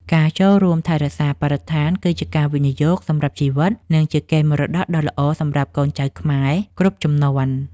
ការចូលរួមថែរក្សាបរិស្ថានគឺជាការវិនិយោគសម្រាប់ជីវិត និងជាកេរមរតកដ៏ល្អសម្រាប់កូនចៅខ្មែរគ្រប់ជំនាន់។